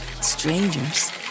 Strangers